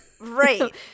Right